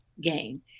gain